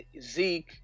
Zeke